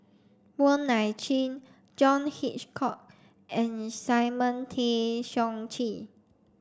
Wong Nai Chin John Hitchcock and Simon Tay Seong Chee